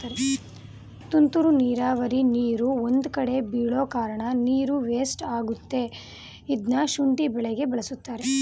ತುಂತುರು ನೀರಾವರಿ ನೀರು ಒಂದ್ಕಡೆ ಬೀಳೋಕಾರ್ಣ ನೀರು ವೇಸ್ಟ್ ಆಗತ್ತೆ ಇದ್ನ ಶುಂಠಿ ಬೆಳೆಗೆ ಬಳಸ್ತಾರೆ